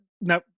No